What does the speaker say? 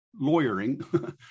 lawyering